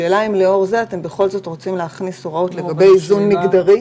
השאלה אם לאור זה אתם בכל זאת רוצים להכניס הוראות לגבי איזון מגדרי?